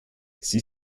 sie